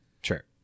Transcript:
sure